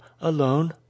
alone